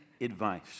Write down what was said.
advice